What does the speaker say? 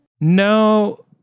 No